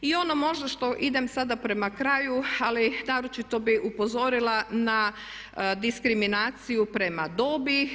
I ono možda što, idem sada prema kraju, ali naročito bih upozorila na diskriminaciju prema dobi.